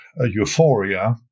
euphoria